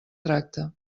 tracta